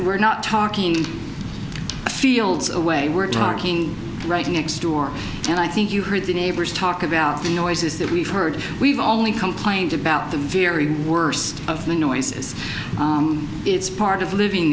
we're not talking fields away we're talking right next door and i think you heard the neighbors talk about the noises that we've heard we've only complained about the very worst of the noises it's part of living